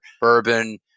bourbon